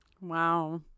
wow